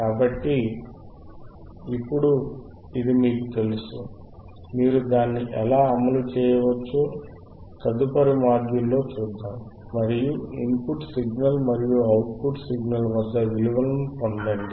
కాబట్టి ఇప్పుడు ఇది మీకు తెలుసు మీరు దానిని ఎలా అమలు చేయవచ్చో తదుపరి మాడ్యూల్లో చూద్దాం మరియు ఇన్ పుట్ సిగ్నల్ మరియు అవుట్ పుట్ సిగ్నల్ వద్ద విలువలను పొందండి